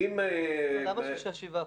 למה 6%-7%?